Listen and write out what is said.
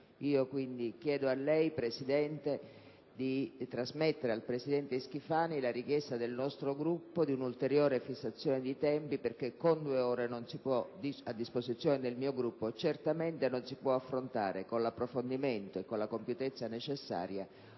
Quindi chiedo a lei, signor Presidente, di trasmettere al presidente Schifani la richiesta del nostro Gruppo di un'ulteriore fissazione dei tempi, perché con le due ore a disposizione del mio Gruppo non si può affrontare con l'approfondimento e con la compiutezza necessarie